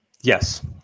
Yes